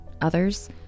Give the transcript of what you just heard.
others